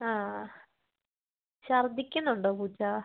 ആ ശർദ്ദിക്കുന്നുണ്ടോ പൂച്ച